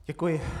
Děkuji.